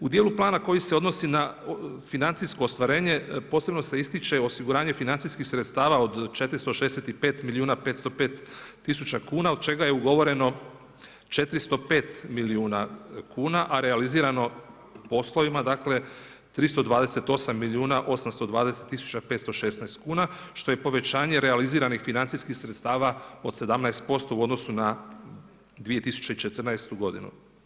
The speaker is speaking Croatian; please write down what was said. U dijelu plana koji se odnosi na financijsko ostvarenje, posebno se ističe osiguranje financijskih sredstava od 465 milijuna, 505 tisuća kuna, od čega je ugovoreno 405 milijuna kuna, a realizirano poslovima dakle, 328 milijuna, 820 tisuća, 516 kuna, što je povećanje realiziranih financijskih sredstava od 17% u odnosu na 2014. godinu.